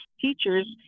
teachers